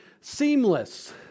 seamless